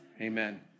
Amen